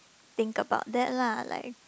think about that lah like